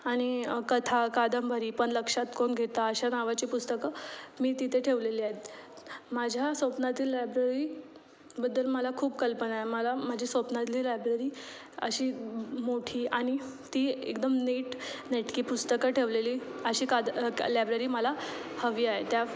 आणि कथा कादंबरी पण लक्षात कोण घेतं अशा नावाची पुस्तकं मी तिथे ठेवलेली आहेत माझ्या स्वप्नातील लायब्ररीबद्दल मला खूप कल्पना आहे मला माझी स्वप्नातली लायब्ररी अशी मोठी आणि ती एकदम नीट नेटकी पुस्तकं ठेवलेली अशी काद लायब्ररी मला हवी आहे त्या